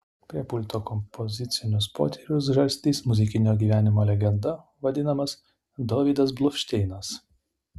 prie pulto kompozicinius potyrius žarstys muzikinio gyvenimo legenda vadinamas dovydas bluvšteinas